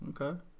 okay